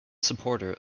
supporter